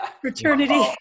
fraternity